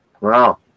Wow